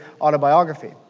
autobiography